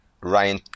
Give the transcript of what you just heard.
Ryan